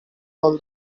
all